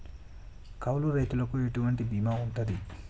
కౌలు రైతులకు ఎటువంటి బీమా ఉంటది?